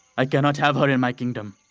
i cannot have her in my kingdom.